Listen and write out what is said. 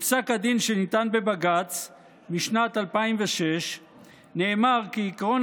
בפסק הדין שניתן בבג"ץ משנת 2006 נאמר כי עקרון